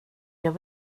jag